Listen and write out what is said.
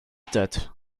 that